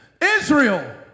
Israel